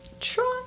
try